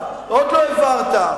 עוד לא העברת,